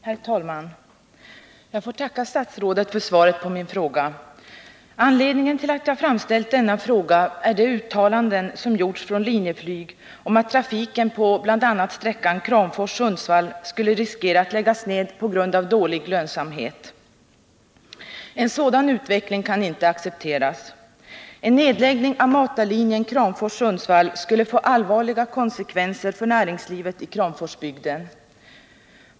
Herr talman! Jag får tacka statsrådet för svaret på min fråga. Anledningen till att jag framställt denna fråga är de uttalanden som gjorts från Linjeflyg om att det finns risk för att trafiken på bl.a. sträckan Kramfors-Sundsvall kan komma att läggas ned på grund av dålig lönsamhet. En sådan utveckling kan inte accepteras. En nedläggning av matarlinjen Kramfors-Sundsvall skulle få allvarliga konsekvenser för näringslivet i Kramforsbygden.